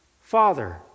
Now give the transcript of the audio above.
Father